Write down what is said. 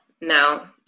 no